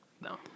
No